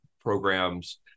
programs